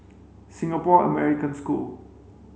Singapore American School